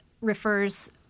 refers